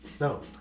No